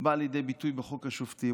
באה לידי ביטוי בחוק השופטים.